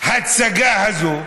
ההצגה הזו,